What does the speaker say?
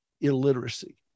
illiteracy